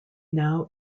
now